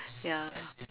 ya